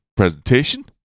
presentation